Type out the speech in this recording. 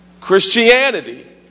Christianity